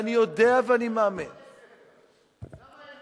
למה אין